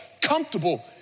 comfortable